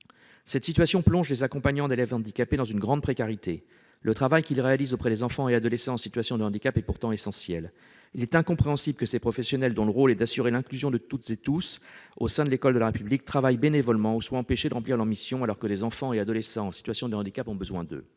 Cette situation plonge les accompagnants d'élèves handicapés dans une grande précarité. Le travail qu'ils réalisent auprès des enfants et adolescents en situation de handicap est pourtant essentiel. Il est incompréhensible que ces professionnels, dont le rôle est d'assurer l'inclusion de toutes et tous au sein de l'école de la République, travaillent bénévolement ou soient empêchés de remplir leur mission, alors que les enfants et adolescents en situation de handicap ont besoin d'eux.